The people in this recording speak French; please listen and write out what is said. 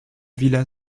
villa